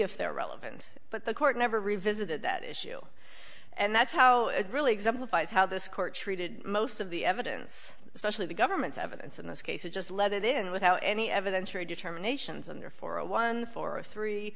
if they're relevant but the court never revisited that issue and that's how it really exemplifies how this court treated most of the evidence especially the government's evidence in this case it just let it in without any evidentiary determinations and therefore a one for a three